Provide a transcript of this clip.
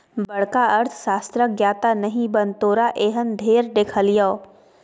बड़का अर्थशास्त्रक ज्ञाता नहि बन तोरा एहन ढेर देखलियौ